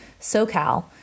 SoCal